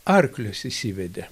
arklius išsiveda